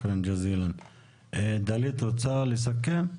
דלית את רוצה לסכם?